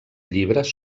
llibres